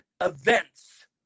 events